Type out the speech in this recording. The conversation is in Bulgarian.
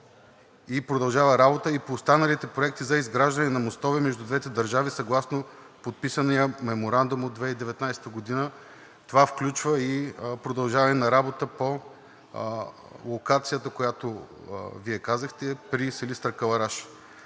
и продължава работата и по останалите проекти за изграждане на мостове между двете държави съгласно подписания Меморандум от 2019 г. Това включва и продължаване на работата по локацията, която Вие казахте, при Силистра – Кълъраш.